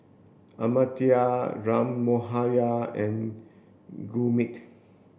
Amartya Ram Manohar and Gurmeet